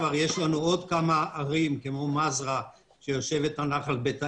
יש לנו עוד כמה ערים כמו מזרה שיושבת על נחל בית העמק.